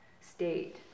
state